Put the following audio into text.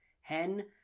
Hen